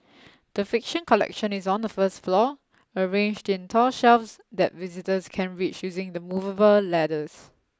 the fiction collection is on the first floor arranged in tall shelves that visitors can reach using the movable ladders